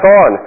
on